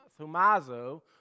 thumazo